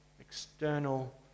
external